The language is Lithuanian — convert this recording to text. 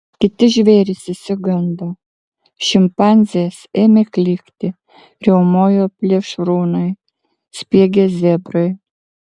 kiti žvėrys išsigando šimpanzės ėmė klykti riaumojo plėšrūnai spiegė zebrai